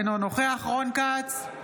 אינו נוכח רון כץ,